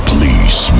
Please